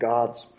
God's